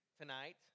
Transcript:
tonight